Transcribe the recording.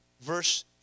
Verse